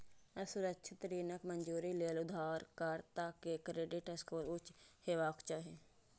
असुरक्षित ऋणक मंजूरी लेल उधारकर्ता के क्रेडिट स्कोर उच्च हेबाक चाही